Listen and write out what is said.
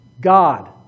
God